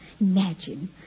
Imagine